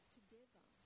together